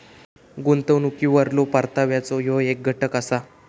गुंतवणुकीवरलो परताव्याचो ह्यो येक घटक असा